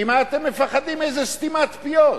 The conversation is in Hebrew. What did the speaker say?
ממה אתם מפחדים, איזה סתימת פיות?